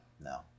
no